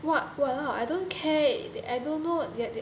what !walao! I don't care I don't know that they